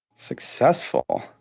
successful,